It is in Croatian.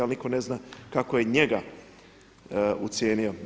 A nitko ne zna kako je njega ucijenio.